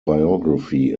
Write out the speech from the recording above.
biography